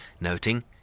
noting